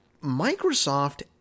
Microsoft